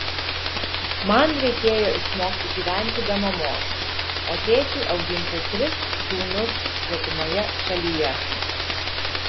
man reikėjo išmokti gyventi be mamos o tėčiui auginti tris sūnus svetimoje šalyje